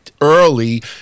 early